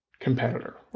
competitor